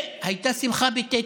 והייתה שמחה בטדי.